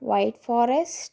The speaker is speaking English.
white forest